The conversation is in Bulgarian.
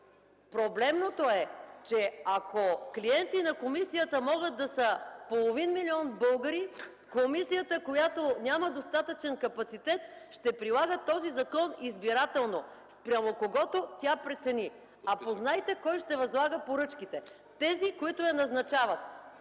Проблемното е, че ако клиенти на комисията могат да са половин милион българи, комисията, която няма достатъчен капацитет, ще прилага този закон избирателно – спрямо когото тя прецени. Познайте кой ще възлага поръчките – тези, които я назначават.